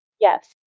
Yes